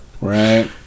Right